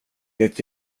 det